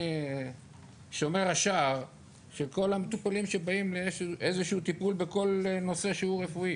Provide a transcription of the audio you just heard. אני שומר השער של כל המטופלים שבאים לאיזשהו טיפול בכל נושא שהוא רפואי.